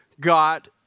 got